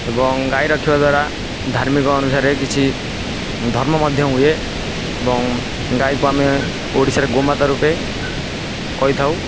ଏବଂ ଗାଈ ରଖିବା ଦ୍ୱାରା ଧାର୍ମିକ ଅନୁସାରେ କିଛି ଧର୍ମ ମଧ୍ୟ ହୁଏ ଏବଂ ଗାଈକୁ ଆମେ ଓଡ଼ିଶାରେ ଗୋମାତା ରୂପେ କହିଥାଉ